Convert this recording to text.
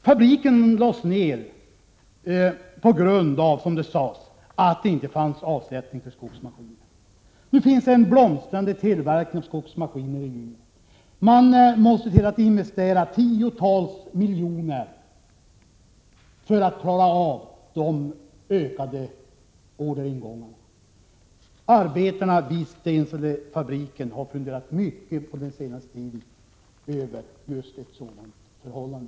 Fabriken lades ned på grund av att det, som det sades, inte fanns avsättning för skogsmaskiner. I dag finns en blomstrande tillverkning av skogsmaskiner i Umeå. Man måste investera tiotals miljoner för att klara de ökade orderingångarna. Arbetarna vid Stenselefabriken har under den senaste tiden funderat mycket över just detta förhållande.